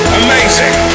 amazing